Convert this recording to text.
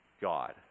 God